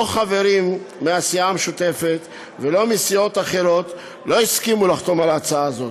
לא חברים מהסיעה המשותפת ולא מסיעות אחרות הסכימו לחתום על ההצעה הזאת.